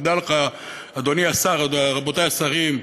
תדע לך, אדוני השר, רבותי השרים,